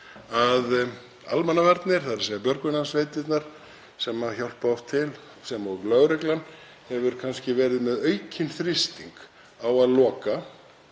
að almannavarnir, þ.e. björgunarsveitirnar sem hjálpa oft til, sem og lögreglan, hafa verið með aukinn þrýsting á að loka